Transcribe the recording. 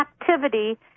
activity